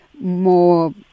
more